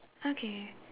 okay